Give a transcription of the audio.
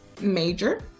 major